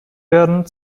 werden